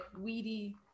weedy